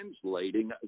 translating